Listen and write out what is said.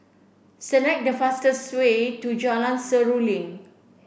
select the fastest way to Jalan Seruling